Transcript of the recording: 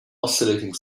oscillating